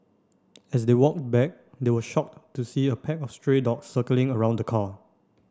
as they walked back they were shocked to see a pack of stray dogs circling around the car